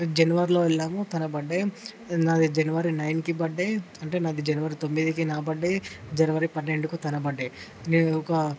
జనవరిలో వెళ్ళాము తన బర్త్డే నాది జనవరి నైన్కి బర్త్డే అంటే నాది జనవరి తొమ్మిదికి నా బర్త్డే జనవరి పన్నెండుకు తన బర్త్డే మేము ఒక